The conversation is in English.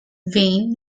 vein